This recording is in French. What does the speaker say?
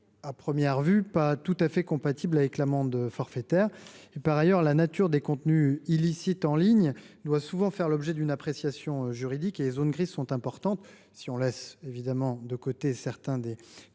à première vue pas tout à fait compatible avec l’AFD. Par ailleurs, la nature des contenus illicites en ligne doit souvent faire l’objet d’une appréciation juridique et les zones grises sont importantes – je laisse de côté les contenus